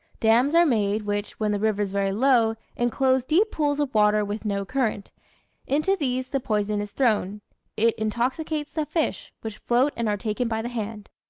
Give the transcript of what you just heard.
dams are made, which, when the river is very low, enclose deep pools of water with no current into these the poison is thrown it intoxicates the fish, which float and are taken by the hand.